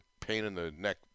pain-in-the-neck